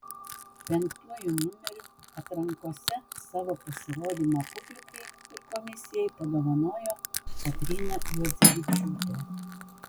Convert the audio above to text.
penktuoju numeriu atrankose savo pasirodymą publikai ir komisijai padovanojo kotryna juodzevičiūtė